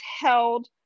held